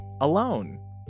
alone